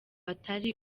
atari